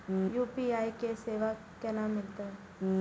UPI के सेवा केना मिलत?